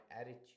attitude